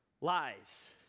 Lies